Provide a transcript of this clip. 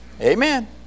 Amen